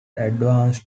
advanced